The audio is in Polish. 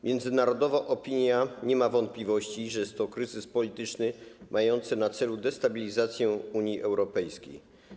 Międzynarodowa opinia nie ma wątpliwości, że jest to kryzys polityczny mający na celu destabilizację Unii Europejskiej.